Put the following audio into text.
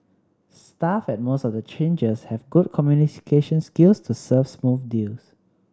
staff at most of the changers have good communication skills to serve smooth deal